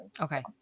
okay